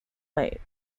lake